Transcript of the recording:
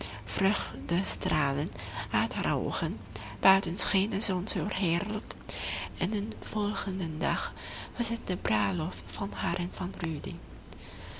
er vreugdestralen uit haar oogen buiten scheen de zon zoo heerlijk en den volgenden dag was het de bruiloft van haar en van